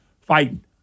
fighting